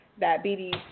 diabetes